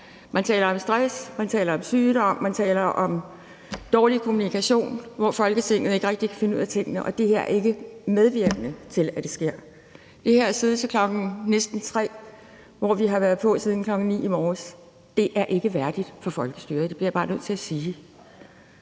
Man taler om stress, man taler om sygdom, man taler om dårlig kommunikation, hvor Folketinget ikke rigtig kan finde ud af tingene, og det her er ikke medvirkende til, at der sker noget på området. Det her med at sidde næsten til kl. 3, efter at vi har været på siden kl. 9 i morges, er ikke værdig for folkestyret. Det bliver jeg bare nødt til at sige.